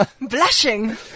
blushing